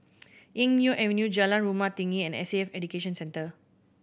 Eng Neo Avenue Jalan Rumah Tinggi and S A F Education Centre